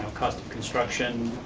cost of construction,